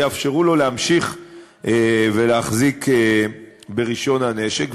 יאפשרו לו להמשיך ולהחזיק ברישיון הנשק.